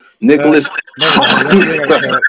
Nicholas